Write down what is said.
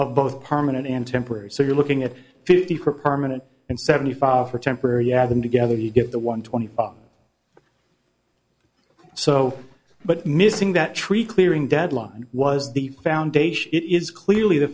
of both permanent and temporary so you're looking at fifty permanent and seventy five for temporary add them together you get the one twenty or so but missing that tree clearing deadline was the foundation it is clearly the